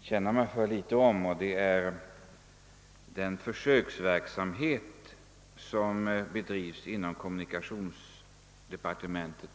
känna mig för litet. Det gäller den försöksverksamhet som bedrives på detta område inom kommunikationsdepartementet.